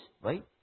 right